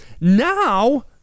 Now